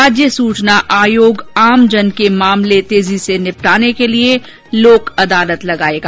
राज्य सूचना आयोग आमजन के मामले तेजी से निपटाने के लिए लोक अदालत लगायेगा